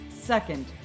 second